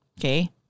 Okay